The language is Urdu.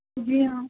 جی ہاں